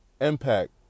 impact